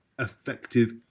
effective